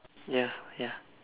ya ya